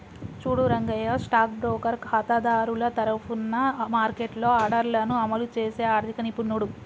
చూడు Rangayya stock broker ఖాతాదారుల తరఫున మార్కెట్లో ఆర్డర్లను అమలు చేసే ఆర్థిక నిపుణుడు